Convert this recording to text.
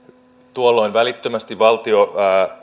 tuolloin välittömästi valtio